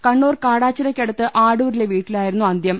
കണ്ണൂർ കാടാച്ചിറയ്ക്കടുത്ത് ആടൂരിലെ വീട്ടിലാ യിരുന്നു അന്ത്യം